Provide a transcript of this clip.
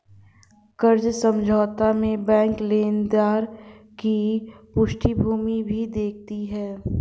कर्ज समझौता में बैंक लेनदार की पृष्ठभूमि भी देखती है